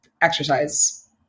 exercise